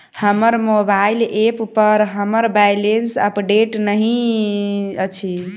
हमर mobile app पर हमर बैलेंस अपडेट नहि अछि